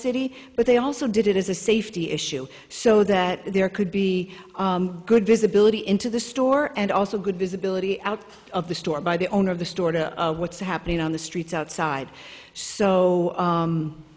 city but they also did it as a safety issue so that there could be good visibility into the store and also good visibility out of the store by the owner of the store to what's happening on the streets outside so